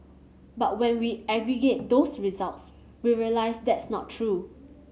but when we aggregate those results we realise that's not true